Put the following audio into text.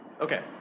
okay